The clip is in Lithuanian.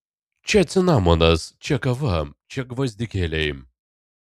čia cinamonas čia kava čia gvazdikėliai